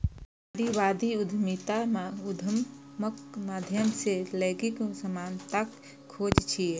नारीवादी उद्यमिता उद्यमक माध्यम सं लैंगिक समानताक खोज छियै